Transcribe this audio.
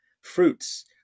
fruits